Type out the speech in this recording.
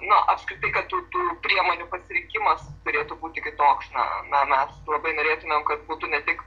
na apskritai kad tų tų priemonių pasirinkimas turėtų būti kitoks na na mes labai norėtumėm kad būtų ne tik